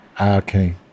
okay